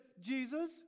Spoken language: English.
Jesus